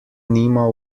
nima